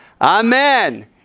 Amen